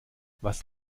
was